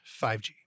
5G